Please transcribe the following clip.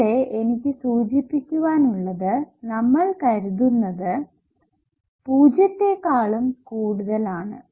ഇവിടെ എനിക്ക് സൂചിപ്പിക്കുവാൻ ഉള്ളത് നമ്മൾ കരുതുന്നത് 0 ത്തേക്കാളും കൂടുതൽ ആണ്